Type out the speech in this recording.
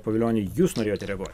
pavilioni jūs norėjote reaguot